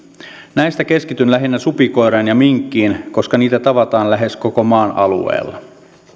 näistä keskityn lähinnä supikoiraan ja minkkiin koska niitä tavataan lähes koko maan alueella